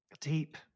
deep